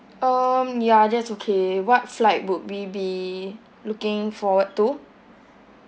um ya that's okay what flight would we be looking forward to